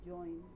Join